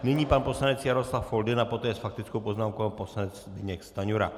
Nyní pan poslanec Jaroslav Foldyna, poté s faktickou poznámkou pan poslanec Zbyněk Stanjura.